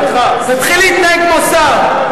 תתחיל להתנהג כמו שר.